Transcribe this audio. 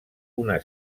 una